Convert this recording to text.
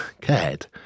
cared